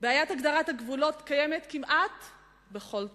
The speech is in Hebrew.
בעיית הגדרת הגבולות קיימת כמעט בכל תחום,